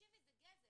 זה גזל.